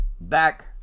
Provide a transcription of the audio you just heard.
back